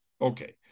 Okay